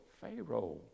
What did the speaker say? Pharaoh